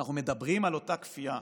כשאנחנו מדברים על אותה כפייה,